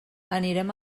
anirem